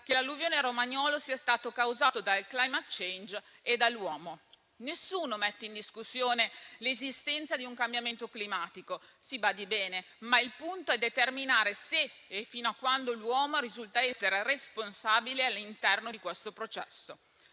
che l'alluvione romagnola sia stata causata dal *climate change* e dall'uomo. Nessuno mette in discussione l'esistenza di un cambiamento climatico - si badi bene - ma il punto è determinare se e fino a quando l'uomo risulta essere responsabile all'interno di questo processo.